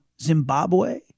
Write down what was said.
Zimbabwe